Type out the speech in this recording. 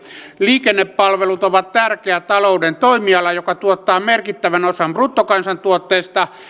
liikennepalvelut ovat tärkeä talouden toimiala joka tuottaa merkittävän osan bruttokansantuotteesta